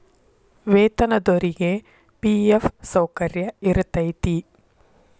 ವೇತನದೊರಿಗಿ ಫಿ.ಎಫ್ ಸೌಕರ್ಯ ಇರತೈತಿ